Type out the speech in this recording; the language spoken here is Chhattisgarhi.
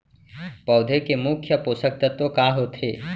पौधे के मुख्य पोसक तत्व का होथे?